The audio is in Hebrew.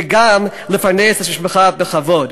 וגם לפרנס את המשפחה בכבוד.